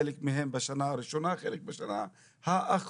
חלק מהם בשנה הראשונה וחלק בשנה האחרונה,